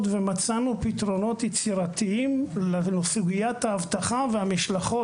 ומצאנו פתרונות יצירתיים לסוגיית האבטחה והמשלחות